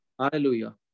Hallelujah